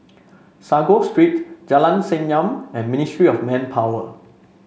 Sago Street Jalan Senyum and Ministry of Manpower